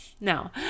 No